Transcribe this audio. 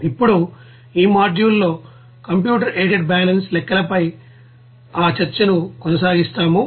ఇప్పుడు ఈ మాడ్యూల్లో కంప్యూటర్ ఎయిడెడ్ బ్యాలెన్స్ లెక్కలపై ఆ చర్చను కొనసాగిస్తాము